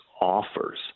offers